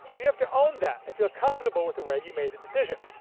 you have to own that and feel comfortable with the way you made the decision.